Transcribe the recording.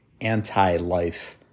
anti-life